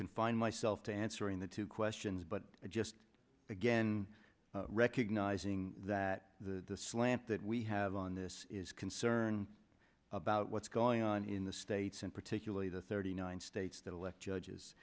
confine myself to answering the two questions but just again recognizing that the slant that we have on this is concern about what's going on in the states and particularly the thirty nine states that elect judges